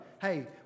Hey